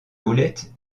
houlette